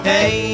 Hey